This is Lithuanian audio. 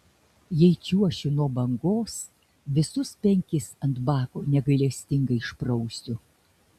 jei čiuošiu nuo bangos visus penkis ant bako negailestingai išprausiu